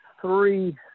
three